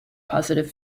positive